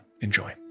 enjoy